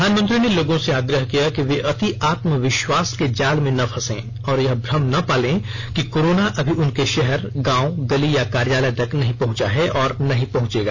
प्रधानमंत्री ने लोगों से आग्रह किया कि वे अति आत्म विश्वास के जाल में न फंसें और यह भ्रम न पालें कि कोरोना अभी उनके शहर गांव गली या कार्यालय तक नहीं पहुंचा है और न ही पहुंचेगा